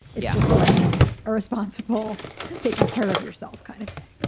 it's just like a responsible taking care of yourself kind of thing.